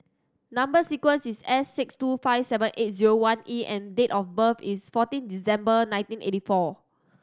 number sequence is S six two five seven eight zero one E and date of birth is fourteen December nineteen eighty four